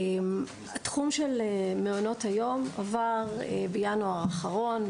תחום מעונות היום עבר בינואר האחרון,